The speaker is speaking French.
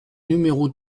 numéro